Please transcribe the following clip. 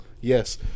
Yes